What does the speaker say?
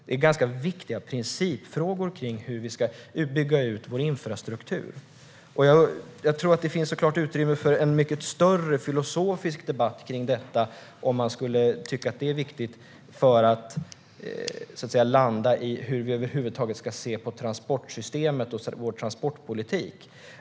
Det är ganska viktiga principfrågor kring hur vi ska bygga ut vår infrastruktur. Det finns såklart utrymme för en mycket större filosofisk debatt kring detta om man skulle tycka att det är viktigt för att landa i hur vi över huvud taget ska se på transportsystemet och vår transportpolitik.